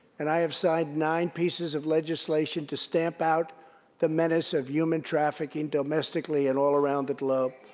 and i have signed nine pieces of legislation to stamp out the menace of human trafficking, domestically and all around the globe.